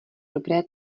dobré